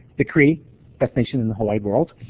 the cree, best nation in the whole wide world.